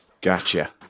Gotcha